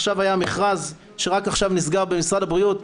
עכשיו היה מכרז שרק עכשיו נסגר במשרד הבריאות,